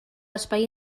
espai